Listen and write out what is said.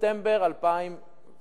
מספטמבר 2009